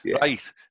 Right